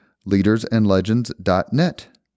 leadersandlegends.net